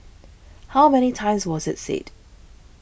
how many times was it said